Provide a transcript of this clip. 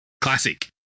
Classic